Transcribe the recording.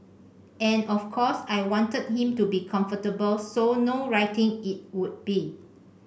and of course I wanted him to be comfortable so no writing it would be